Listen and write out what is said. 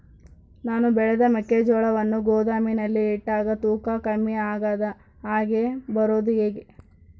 ನಾನು ಬೆಳೆದ ಮೆಕ್ಕಿಜೋಳವನ್ನು ಗೋದಾಮಿನಲ್ಲಿ ಇಟ್ಟಾಗ ತೂಕ ಕಮ್ಮಿ ಆಗದ ಹಾಗೆ ಮಾಡೋದು ಹೇಗೆ?